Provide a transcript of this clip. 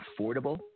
affordable